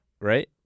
right